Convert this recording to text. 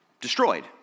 destroyed